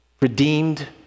redeemed